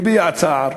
הביע צער.